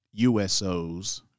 USOs